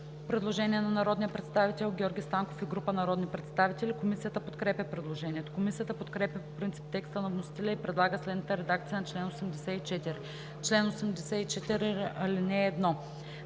Предложение на народния представител Георги Станков и група представители за чл. 84. Комисията подкрепя предложението. Комисията подкрепя по принцип текста на вносителя и предлага следната редакция на чл. 84: „Чл. 84. (1)